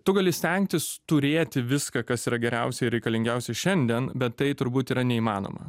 tu gali stengtis turėti viską kas yra geriausia reikalingiausia šiandien bet tai turbūt yra neįmanoma